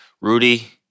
Rudy